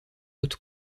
out